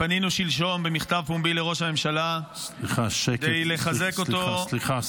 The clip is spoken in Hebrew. פנינו שלשום במכתב פומבי לראש הממשלה כדי לחזק אותו -- סליחה.